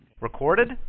Recorded